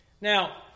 Now